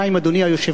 אדוני היושב-ראש,